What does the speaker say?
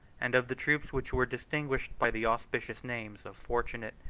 and of the troops which were distinguished by the auspicious names of fortunate,